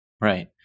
Right